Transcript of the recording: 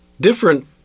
different